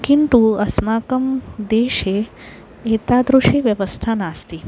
किन्तु अस्माकं देशे एतादृशी व्यवस्था नास्ति